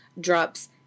drops